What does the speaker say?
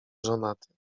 żonaty